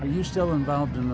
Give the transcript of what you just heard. are you still involved in